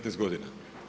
15 godina.